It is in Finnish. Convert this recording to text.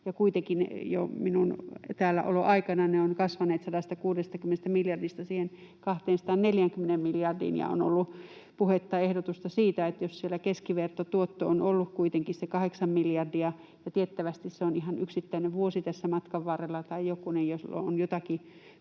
kuitenkin jo minun täälläoloaikanani ne ovat kasvaneet 160 miljardista siihen 240 miljardiin. Ja on ollut puhetta, ehdotusta siitä, että jos siellä keskivertotuotto on ollut kuitenkin se 8 miljardia, kun tiettävästi se on tässä matkan varrella ihan yksittäinen